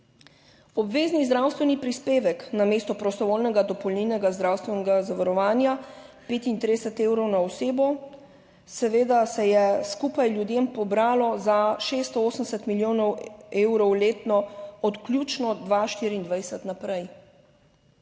Obvezni zdravstveni prispevek namesto prostovoljnega dopolnilnega zdravstvenega zavarovanja, 35 evrov na osebo, seveda se je skupaj ljudem pobralo za 680 milijonov evrov letno od vključno 2024 naprej.